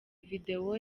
video